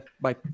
bye